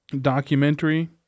documentary